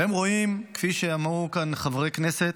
והם רואים, כפי שאמרו כאן חברי כנסת,